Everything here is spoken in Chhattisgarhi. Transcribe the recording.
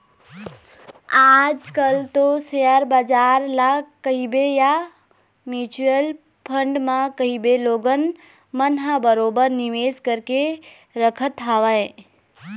आज कल तो सेयर बजार ल कहिबे या म्युचुअल फंड म कहिबे लोगन मन ह बरोबर निवेश करके रखत हवय